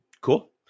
Cool